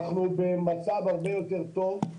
אנחנו במצב הרבה יותר טוב,